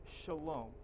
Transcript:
shalom